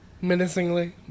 menacingly